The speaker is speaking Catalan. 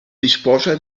disposa